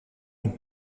une